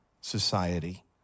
society